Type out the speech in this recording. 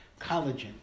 collagen